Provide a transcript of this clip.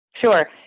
Sure